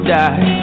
die